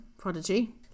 Prodigy